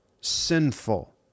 sinful